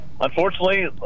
unfortunately